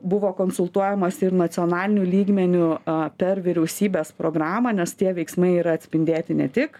buvo konsultuojamasi ir nacionaliniu lygmeniu per vyriausybės programą nes tie veiksmai yra atspindėti ne tik